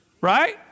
Right